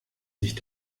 sich